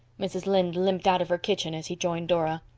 mrs. lynde limped out of her kitchen as he joined dora.